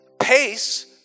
Pace